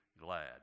glad